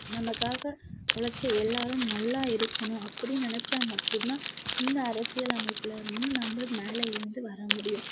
நமக்காக உழைச்ச எல்லாரும் நல்லா இருக்கணும் அப்படின்னு நினச்சா மட்டும் தான் இந்த அரசியல் அமைப்புலருந்து நம்ம மேலே எழுந்து வர முடியும்